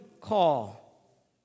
call